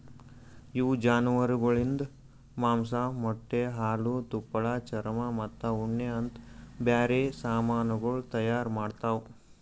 ಇವು ಜಾನುವಾರುಗೊಳಿಂದ್ ಮಾಂಸ, ಮೊಟ್ಟೆ, ಹಾಲು, ತುಪ್ಪಳ, ಚರ್ಮ ಮತ್ತ ಉಣ್ಣೆ ಅಂತ್ ಬ್ಯಾರೆ ಸಮಾನಗೊಳ್ ತೈಯಾರ್ ಮಾಡ್ತಾವ್